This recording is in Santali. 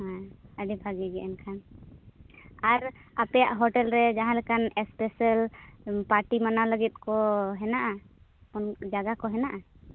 ᱦᱮᱸ ᱟᱹᱰᱤ ᱵᱷᱟᱹᱜᱤ ᱜᱮ ᱮᱱᱠᱷᱟᱱ ᱟᱨ ᱟᱯᱮᱭᱟᱜ ᱦᱳᱴᱮᱞ ᱨᱮ ᱡᱟᱦᱟᱸ ᱞᱮᱠᱟᱱ ᱮᱥᱯᱮᱥᱟᱞ ᱯᱟᱴᱤ ᱢᱟᱱᱟᱣ ᱞᱟᱹᱜᱤᱫ ᱠᱚ ᱦᱮᱱᱟᱜᱼᱟ ᱚᱱ ᱡᱟᱭᱜᱟ ᱠᱚ ᱦᱮᱱᱟᱜᱼᱟ